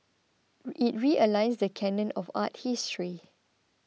it realigns the canon of art history